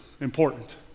important